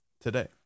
today